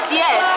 yes